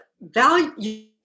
value